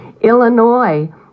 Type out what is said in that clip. Illinois